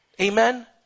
Amen